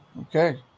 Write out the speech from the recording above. Okay